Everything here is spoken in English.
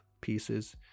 pieces